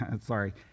sorry